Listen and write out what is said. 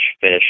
fish